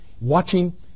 watching